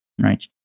right